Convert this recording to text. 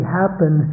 happen